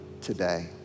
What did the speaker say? today